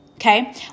Okay